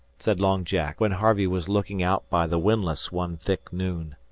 said long jack, when harvey was looking out by the windlass one thick noon.